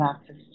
access